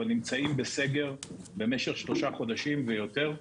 אבל נמצאים בסגר במשך שלושה חודשים ויותר,